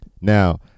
Now